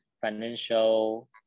financial